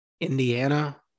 Indiana